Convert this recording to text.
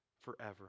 forever